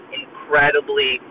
incredibly